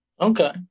okay